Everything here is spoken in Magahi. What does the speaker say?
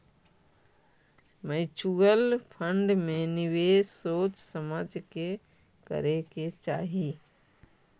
म्यूच्यूअल फंड में निवेश सोच समझ के करे के चाहि